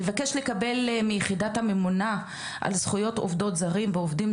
נבקש לקבל מיחידת הממונה על זכויות העובדים הזרים והעובדות